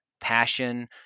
passion